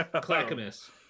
Clackamas